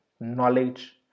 knowledge